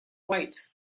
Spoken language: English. white